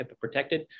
protected